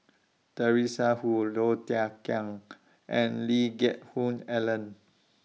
Teresa Hsu Low Thia Khiang and Lee Geck Hoon Ellen